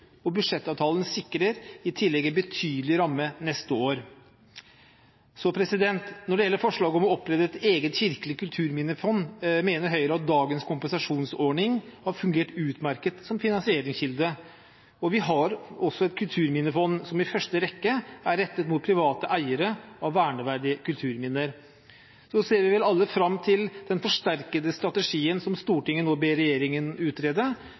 og budsjettavtalen sikrer i tillegg en betydelig ramme neste år. Når det gjelder forslaget om å opprette et eget kirkelig kulturminnefond, mener Høyre at dagens kompensasjonsordning har fungert utmerket som finansieringskilde. Vi har også et kulturminnefond som i første rekke er rettet mot private eiere av verneverdige kulturminner. Nå ser vi alle fram til den forsterkede strategien som Stortinget nå ber regjeringen utrede.